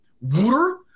Water